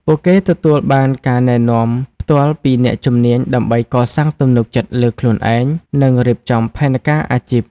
ពួកគេទទួលបានការណែនាំផ្ទាល់ពីអ្នកជំនាញដើម្បីកសាងទំនុកចិត្តលើខ្លួនឯង និងរៀបចំផែនការអាជីព។